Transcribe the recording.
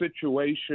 situation